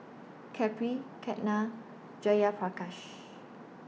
Kapil Ketna and Jayaprakash